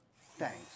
Thanks